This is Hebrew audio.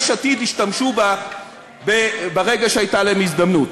עתיד השתמשו בה ברגע שהייתה להם הזדמנות.